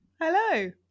Hello